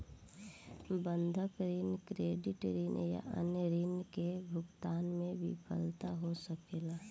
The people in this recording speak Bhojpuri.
बंधक ऋण, क्रेडिट ऋण या अन्य ऋण के भुगतान में विफलता हो सकेला